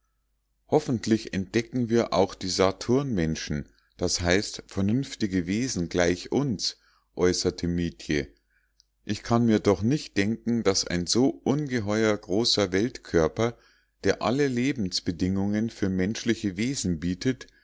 hoffentlich entdecken wir auch die saturnmenschen das heißt vernünftige wesen gleich uns äußerte mietje ich kann mir doch nicht denken daß ein so ungeheuer großer weltkörper der alle lebensbedingungen für menschliche wesen bietet